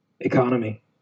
Economy